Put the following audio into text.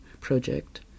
project